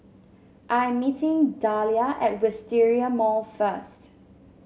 I am meeting Dahlia at Wisteria Mall first